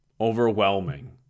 overwhelming